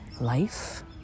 life